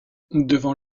devant